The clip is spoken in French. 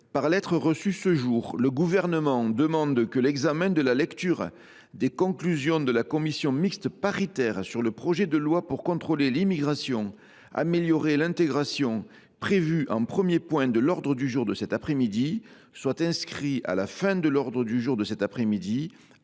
par lettre en date de ce jour, le Gouvernement demande que l’examen de la lecture des conclusions de la commission mixte paritaire sur le projet de loi pour contrôler l’immigration, améliorer l’intégration, prévu en premier point de l’ordre du jour de cet après midi, soit inscrit à la fin de l’ordre du jour de cet après midi,